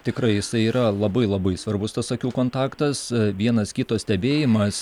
tikrai jisai yra labai labai svarbus tas akių kontaktas vienas kito stebėjimas